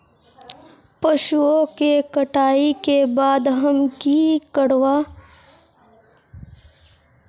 पशुओं के कटाई के बाद हम की करवा?